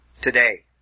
today